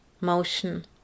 motion